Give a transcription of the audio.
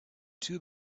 two